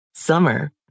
Summer